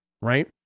right